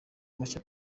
mashya